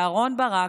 אהרן ברק,